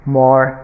more